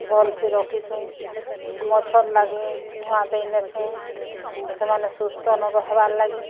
ଭଲସେ ରଖିଛୁଁ ମଛର୍ ଲାଗି ଧୂଆଁ ଦେଇନେସୁଁ ସେମାନେ ସୁସ୍ଥ ନ ରହେବାର୍ ଲାଗି